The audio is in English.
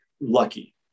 lucky